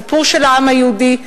הסיפור של העם היהודי,